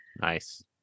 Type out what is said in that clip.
Nice